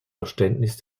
verständnis